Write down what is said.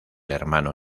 hermano